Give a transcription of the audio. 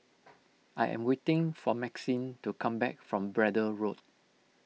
I am waiting for Maxine to come back from Braddell Road